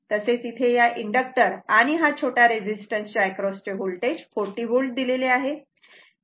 तसेच इथे या इंडक्टर आणि हा छोटा रेझिस्टन्सच्या एक्रॉसचे होल्टेज 40 V दिलेले आहे